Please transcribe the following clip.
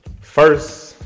First